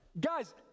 Guys